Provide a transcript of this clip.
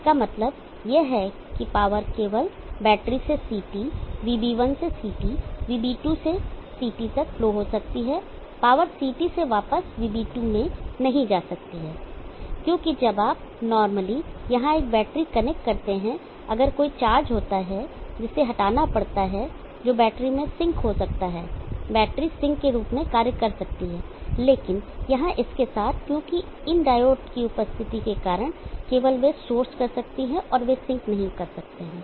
इसका मतलब यह है कि पावर केवल बैटरी से CT VB1 से CT VB2 से CT तक फ्लो हो सकती है पावर CT से वापस VB2 में नहीं जा सकती क्योंकि जब आप नॉर्मली यहां एक बैटरी कनेक्ट करते हैं अगर कोई चार्ज होता है जिसे हटाना पड़ता है जो बैटरी में सिंक हो सकता है बैटरी सिंक के रूप में कार्य कर सकती है लेकिन यहां इसके साथ क्योंकि इन डायोड की उपस्थिति के कारण वे केवल सोर्स कर सकते हैं और वे सिंक नहीं सकते हैं